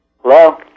Hello